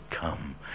come